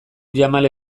jamal